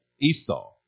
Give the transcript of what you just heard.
Esau